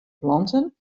planten